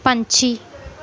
ਪੰਛੀ